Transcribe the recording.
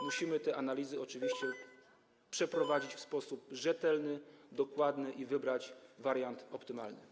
Musimy te analizy oczywiście przeprowadzić w sposób rzetelny, dokładny i wybrać wariant optymalny.